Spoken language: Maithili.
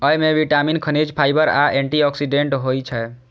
अय मे विटामिन, खनिज, फाइबर आ एंटी ऑक्सीडेंट होइ छै